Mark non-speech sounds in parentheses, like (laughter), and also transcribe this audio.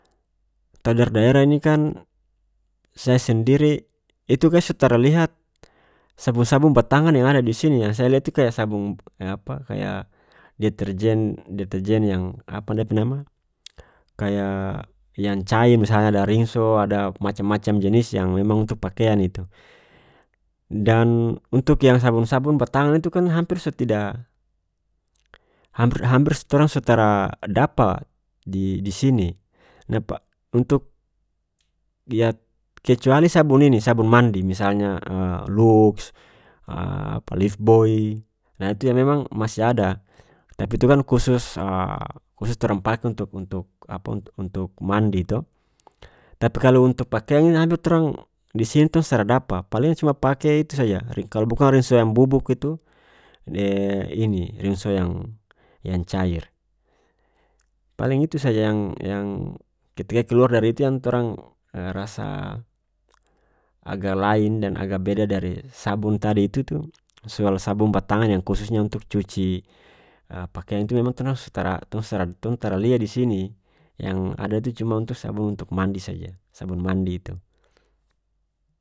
Tong dari daerah ini kan saya sendiri itu kaya so tara lihat sabong sabong batangan yang ada disini yang saya lihat itu kaya sabong (hesitation) apa kaya deterjen-deterjen yang apa dia pe nama kaya yang cair misalnya ada rinso ada macam macam jenis yang memang untuk pakeang itu dan untuk yang sabong sabong batangan itu kan hampir so tidak hampir-hampir torang so tara dapa di-disini (unintelligible) untuk (unintelligible) kecuali sabong ini sabong mandi misalnya (hesitation) lux (hesitation) apa livboi nah itu yang memang masih ada tapi itu kan khusus (hesitation) khusus torang pake untuk-untuk apa untuk-untuk mandi to tapi kalo untuk pakeang ini (unintelligible) torang disini tong so tara dapa palingan cuma pake itu saja (unintelligible) kalu bukang rinso yang bubuk itu (hesitation) ini rinso yang-yang cair paling itu saja yang-yang ketika keluar dari itu yang torang (hesitation) rasa agak lain dan agak beda dari sabun tadi itu tu soal sabong batangan yang khususnya untuk cuci (hesitation) pakeang itu memang torang so tara tong so tara tong tara lia disini yang ada itu cuma untuk sabong untuk mandi saja sabun mandi itu.